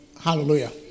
Hallelujah